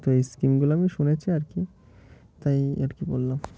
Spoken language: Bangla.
তো এই স্কিম গুলো আমি শুনেছি আর কি তাই আর কি বললাম